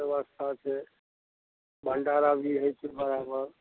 व्यवस्था छै भंडारा भी होइ छै बराबर